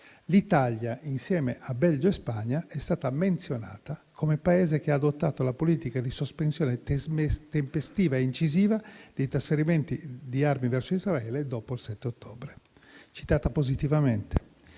l'Italia, insieme a Belgio e Spagna, è stata menzionata come Paese che ha adottato una politica di sospensione tempestiva e incisiva di trasferimenti di armi verso Israele dopo il 7 ottobre. L'Italia è stata